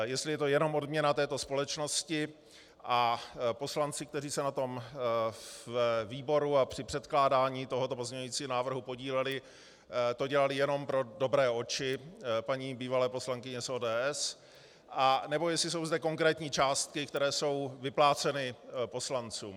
Jestli je to jenom odměna této společnosti a poslanci, kteří se na tom ve výboru a při předkládání tohoto pozměňovacího návrhu podíleli, to dělali jenom pro dobré oči paní bývalé poslankyně z ODS, anebo jestli jsou zde konkrétní částky, které jsou vypláceny poslancům.